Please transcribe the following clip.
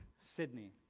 sydney.